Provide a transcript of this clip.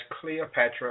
Cleopatra